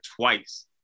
twice